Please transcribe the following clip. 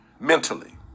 Mentally